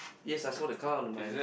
yes I saw the car on the eyelet